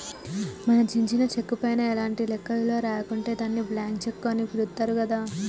మనం చించిన చెక్కు పైన ఎలాంటి లెక్క విలువ రాయకుంటే దాన్ని బ్లాంక్ చెక్కు అని పిలుత్తారు గదా